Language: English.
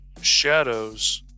shadows